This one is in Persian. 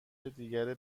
دیگر